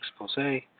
expose